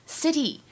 city